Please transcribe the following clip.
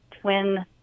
twin